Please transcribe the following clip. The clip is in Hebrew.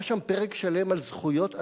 היה שם פרק שלם על זכויות עצורים,